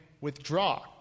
withdraw